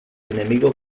enemigo